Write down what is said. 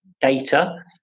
data